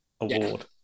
award